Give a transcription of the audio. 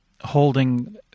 holding